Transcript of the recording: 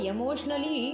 Emotionally